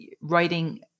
writing